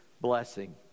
blessing